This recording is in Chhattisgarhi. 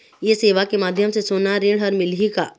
ये सेवा के माध्यम से सोना ऋण हर मिलही का?